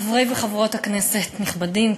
כבוד היושב-ראש, חברי וחברות כנסת נכבדים,